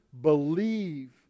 believe